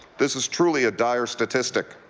this is truly a dire statistic.